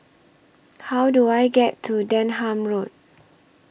How Do I get to Denham Road